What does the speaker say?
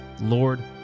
lord